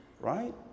right